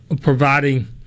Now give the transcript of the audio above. providing